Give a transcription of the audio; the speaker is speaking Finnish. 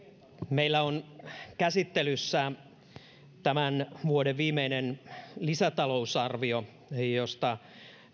meillä on käsittelyssä tämän vuoden viimeinen lisätalousarvio josta